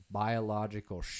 biological